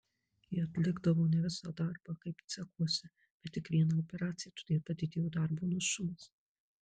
jie atlikdavo ne visą darbą kaip cechuose bet tik vieną operaciją todėl padidėjo darbo našumas